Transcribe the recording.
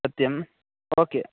सत्यम् ओके